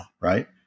right